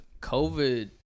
COVID